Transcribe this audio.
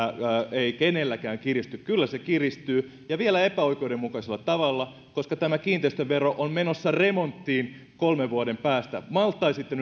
ei kenelläkään kiristy kyllä se kiristyy ja vielä epäoikeudenmukaisella tavalla koska tämä kiinteistövero on menossa remonttiin kolmen vuoden päästä malttaisitte